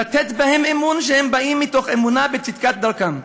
לתת בהם אמון שהם באים מתוך אמונה בצדקת דרכם,